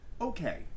okay